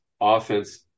offense